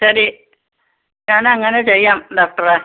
ശരി ഞാൻ അങ്ങനെ ചെയ്യാം ഡോക്ടറെ